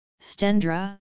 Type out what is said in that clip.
Stendra